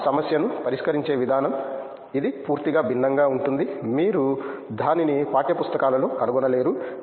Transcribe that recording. వారు సమస్యను పరిష్కరించే విధానం ఇది పూర్తిగా భిన్నంగా ఉంటుంది మీరు దానిని పాఠ్య పుస్తకాలలో కనుగొనలేరు